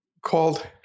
called